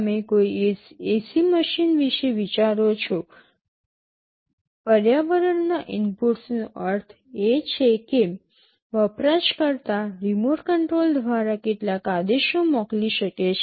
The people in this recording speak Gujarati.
તમે કોઈ એસી મશીન વિશે વિચારો છો પર્યાવરણના ઇનપુટ્સનો અર્થ એ છે કે વપરાશકર્તા રીમોટ કંટ્રોલ દ્વારા કેટલાક આદેશો મોકલી શકે છે